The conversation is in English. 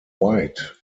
white